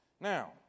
Now